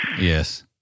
Yes